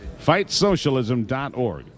Fightsocialism.org